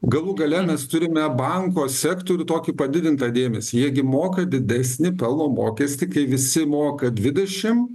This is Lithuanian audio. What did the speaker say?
galų gale mes turime banko sektorių tokį padidintą dėmesį jie gi moka didesnį pelno mokestį kai visi moka dvidešim